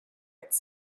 its